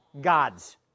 God's